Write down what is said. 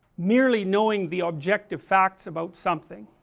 merely knowing the objective facts about something